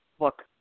Look